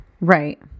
right